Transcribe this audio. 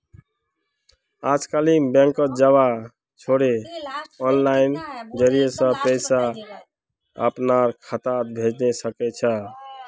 अजकालित बैंकत जबा छोरे आनलाइनेर जरिय स पैसा अपनार खातात भेजवा सके छी